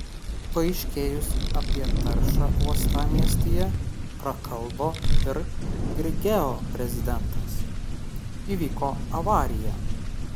paaiškėjus apie taršą uostamiestyje prakalbo ir grigeo prezidentas įvyko avarija